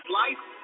life